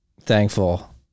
thankful